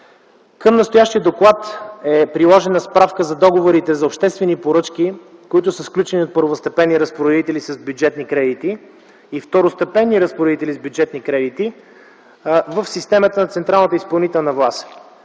Към настоящия доклад е приложена справка за договорите за обществени поръчки, които са сключени от първостепенни разпоредители с бюджетни кредити и второстепенни разпоредители с бюджетни кредити в системата на централната изпълнителна власт.